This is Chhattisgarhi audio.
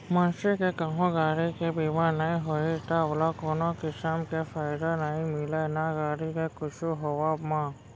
मनसे के कहूँ गाड़ी के बीमा नइ होही त ओला कोनो किसम के फायदा नइ मिलय ना गाड़ी के कुछु होवब म